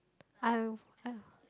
I'm